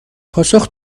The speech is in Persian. پاسخ